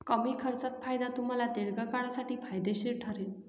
कमी खर्चात फायदा तुम्हाला दीर्घकाळासाठी फायदेशीर ठरेल